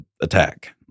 attack